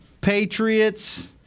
Patriots